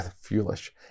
foolish